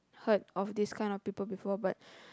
heard of this kind of people before but